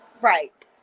Right